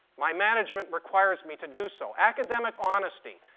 my management requires me to do so. academic honesty.